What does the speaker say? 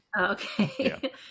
Okay